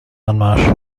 anmarsch